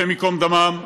השם ייקום דמם,